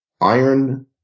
iron